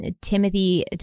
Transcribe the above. Timothy